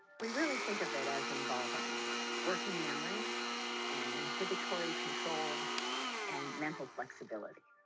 we really think of it as involving working memory and inhibitory control and mental flexibility.